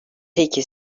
peki